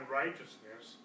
righteousness